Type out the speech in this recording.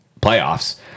playoffs